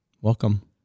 Welcome